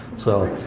so.